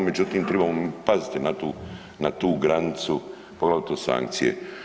Međutim, trebamo mi paziti na tu granicu, poglavito sankcije.